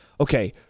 okay